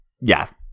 Yes